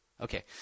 Okay